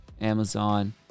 Amazon